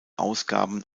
ausgaben